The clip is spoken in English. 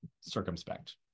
circumspect